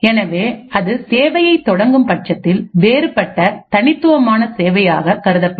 எனவே அது சேவையை தொடங்கும் பட்சத்தில் வேறுபட்ட தனித்துவமான சேவையாக கருதப்படும்